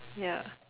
ya